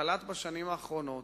קלט בשנים האחרונות